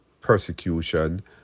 persecution